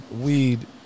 weed